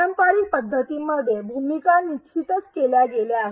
पारंपारिक पद्धती मध्ये भूमिका निश्चितच केल्या गेल्या आहेत